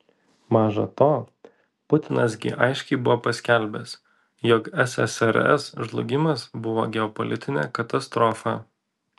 maža to putinas gi aiškiai buvo paskelbęs jog ssrs žlugimas buvo geopolitinė katastrofa